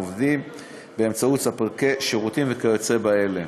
עובדים באמצעות ספקי שירותים וכיוצא באלה.